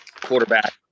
quarterback